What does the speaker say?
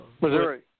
Missouri